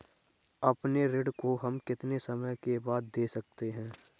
अपने ऋण को हम कितने समय बाद दे सकते हैं?